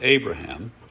Abraham